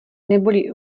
neboli